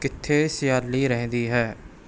ਕਿੱਥੇ ਸਿਆਲੀ ਰਹਿੰਦੀ ਹੈ